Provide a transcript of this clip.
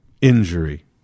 injury